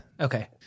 Okay